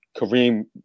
Kareem